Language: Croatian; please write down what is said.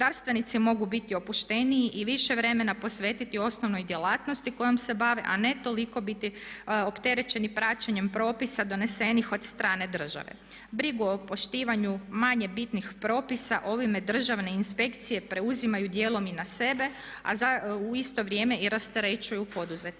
Gospodarstvenici mogu biti opušteniji i više vremena posvetiti osnovnoj djelatnosti kojom se bave, a ne toliko biti opterećeni praćenjem propisa donesenih od strane države. Brigu o poštivanju manje bitnih propisa ovime državne inspekcije preuzimaju dijelom i na sebe, a u isto vrijeme i rasterećuju poduzetnike.